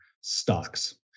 stocks